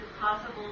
possible